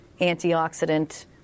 antioxidant